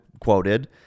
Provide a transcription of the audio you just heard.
quoted